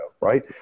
right